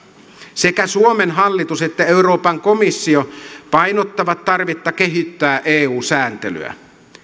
sekä suomen hallitus että euroopan komissio painottavat tarvetta kehittää eu sääntelyä